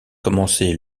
commencé